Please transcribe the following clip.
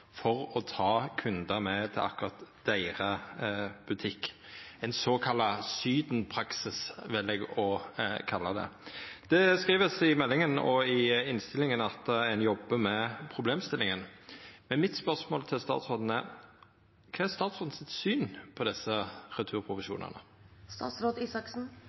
for å ta kundane med til akkurat deira butikk, ein såkalla Syden-praksis, vil eg kalla det. Ein skriv i meldinga og i innstillinga at ein jobbar med problemstillinga, men mitt spørsmål til statsråden er: Kva er statsråden sitt syn på desse